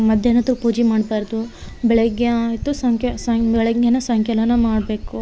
ಮಧ್ಯಾಹ್ನೊತ್ತು ಪೂಜೆ ಮಾಡಬಾರ್ದು ಬೆಳಗ್ಗೆ ಆಯಿತು ಸಂಖ್ಯೆ ಸನ್ ಬೆಳಗ್ಗೆ ಸಾಯಂಕಾಲೇನ ಮಾಡಬೇಕು